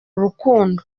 urukundo